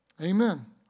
Amen